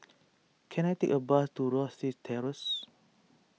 can I take a bus to Rosyth Terrace